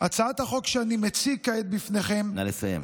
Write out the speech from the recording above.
הצעת החוק שאני מציג כעת בפניכם, נא לסיים.